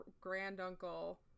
granduncle